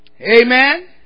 Amen